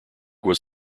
was